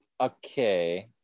okay